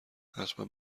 حتما